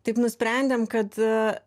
taip nusprendėm kad